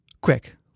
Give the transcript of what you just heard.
Quick